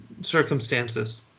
circumstances